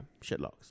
Shitlocks